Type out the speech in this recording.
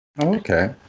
Okay